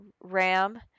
Ram